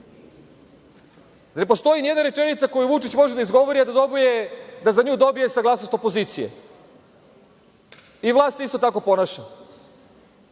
Ne postoji ni jedna rečenica koju Vučić može da izgovori, a da za dobije saglasnost opozicije. I vlast se isto tako ponaša.